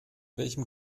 welchem